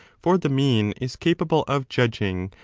for the mean is capable of judging,